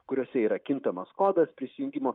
kuriose yra kintamas kodas prisijungimo